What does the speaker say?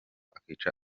akica